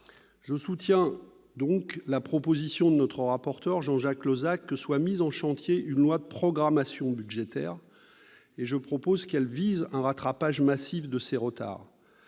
Je soutiens donc la proposition de notre rapporteur Jean-Jacques Lozach que soit mise en chantier une loi de programmation budgétaire. Je propose qu'elle vise un rattrapage massif de ces retards.